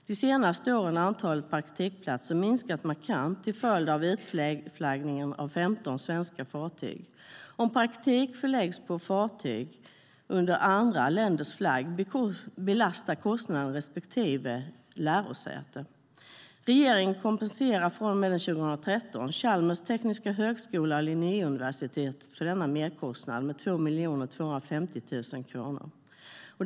De senaste åren har antalet praktikplatser minskat markant till följd av utflaggningen av 15 svenska fartyg. Om praktik förläggs på fartyg under andra länders flagg belastar kostnaden respektive lärosäte. Regeringen kompenserar från och med 2013 Chalmers tekniska högskola och Linnéuniversitetet för denna merkostnad med 2 250 000 kronor.